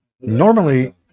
normally